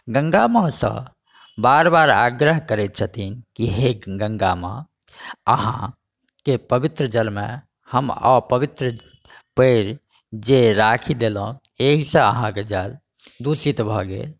गङ्गा माँ सँ बार बार आग्रह करै छथिन कि हे गङ्गा माँ अहाँके पवित्र जलमे हम अपवित्र पएर जे राखि देलहुँ एहिसँ अहाँके जल दूषित भऽ गेल